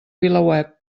vilaweb